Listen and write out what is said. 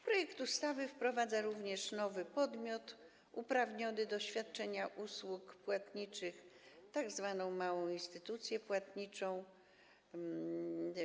Projekt ustawy wprowadza również nowy podmiot uprawniony do świadczenia usług płatniczych, tzw. małą instytucję płatniczą.